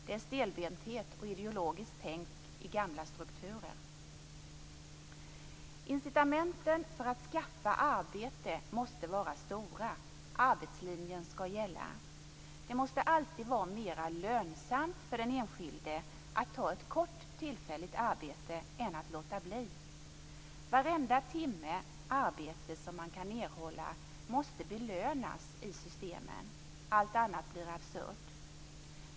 Detta är stelbenthet och ideologiskt tänkande i gamla strukturer. Incitamenten för att skaffa arbete måste vara stora. Arbetslinjen skall gälla. Det måste alltid vara mera lönsamt för den enskilde att ta ett kort tillfälligt arbete än att låta bli. Varenda timme arbete som man kan erhålla måste belönas i systemen - allt annat blir absurt.